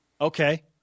Okay